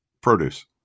produce